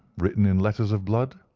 written in letters of blood,